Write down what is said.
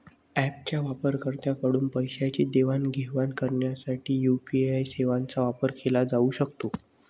ऍपच्या वापरकर्त्यांकडून पैशांची देवाणघेवाण करण्यासाठी यू.पी.आय सेवांचा वापर केला जाऊ शकतो